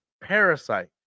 Parasite